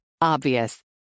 Obvious